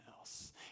else